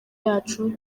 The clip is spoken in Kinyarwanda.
yacu